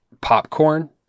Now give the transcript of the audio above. popcorn